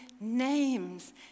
names